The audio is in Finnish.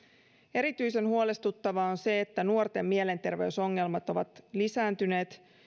erityisen huolestuttavaa on se että nuorten mielenterveysongelmat ovat lisääntyneet